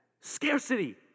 Scarcity